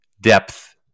depth